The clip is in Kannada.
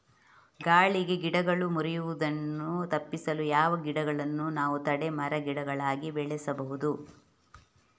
ಗಾಳಿಗೆ ಗಿಡಗಳು ಮುರಿಯುದನ್ನು ತಪಿಸಲು ಯಾವ ಗಿಡಗಳನ್ನು ನಾವು ತಡೆ ಮರ, ಗಿಡಗಳಾಗಿ ಬೆಳಸಬಹುದು?